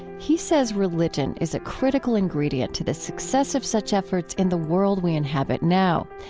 he says religion is a critical ingredient to the success of such efforts in the world we inhabit now,